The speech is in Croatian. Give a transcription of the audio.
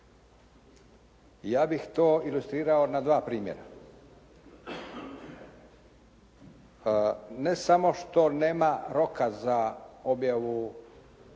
Ja bih to ilustrirao na 2 primjera. Ne samo što nema roka za objavu